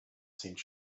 seemed